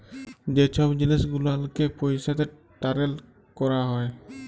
যে ছব জিলিস গুলালকে পইসাতে টারেল ক্যরা হ্যয়